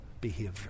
behavior